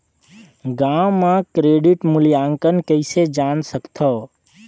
गांव म क्रेडिट मूल्यांकन कइसे जान सकथव?